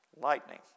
Lightning